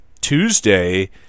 Tuesday